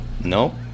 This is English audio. No